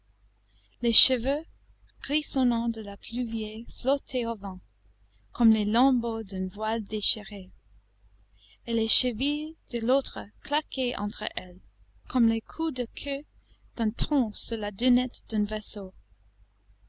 les cheveux grisonnants de la plus vieille flottaient au vent comme les lambeaux d'une voile déchirée et les chevilles de l'autre claquaient entre elles comme les coups de queue d'un thon sur la dunette d'un vaisseau